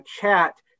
chat